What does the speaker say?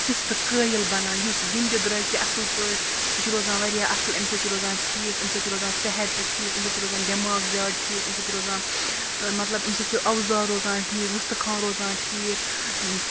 سُستہٕ قٲیِل بَنان یُس گِنٛد تہِ درٛوکہِ اَصٕل پٲٹھۍ سُہ چھُ روزان واریاہ اَصٕل اَمہِ سۭتۍ چھِ روزان ٹھیٖک اَمہِ سۭتۍ چھِ روزان صحت تہِ ٹھیٖک اَمہِ سۭتۍ چھُ روزان دٮ۪ماغ زیادٕ ٹھیٖک اَمہِ سۭتۍ چھِ روزان مطلب اَمہِ سۭتۍ چھُ اَوزار روزان ٹھیٖک وُستُخان روزان ٹھیٖک